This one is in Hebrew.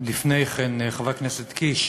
את דוח מבקר המדינה, לפני כן חבר הכנסת קיש,